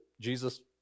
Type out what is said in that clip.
Jesus